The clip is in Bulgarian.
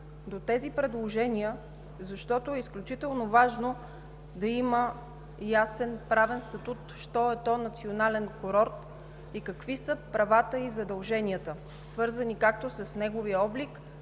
до тези предложения, защото е изключително важно да има ясен правен статут що е то национален курорт и какви са правата и задълженията, свързани както с неговия облик,